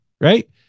right